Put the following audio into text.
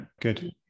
good